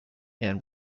and